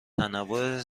تنوع